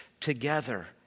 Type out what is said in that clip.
together